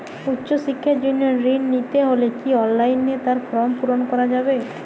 উচ্চশিক্ষার জন্য ঋণ নিতে হলে কি অনলাইনে তার ফর্ম পূরণ করা যাবে?